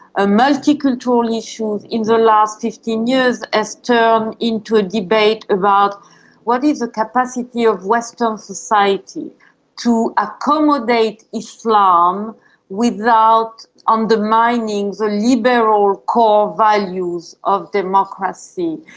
ah multicultural issues in the last fifteen years has turned into a debate about what is the capacity of western society to accommodate islam without undermining the liberal core values of democracy.